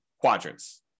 quadrants